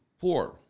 poor